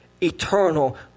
Eternal